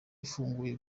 ifunguye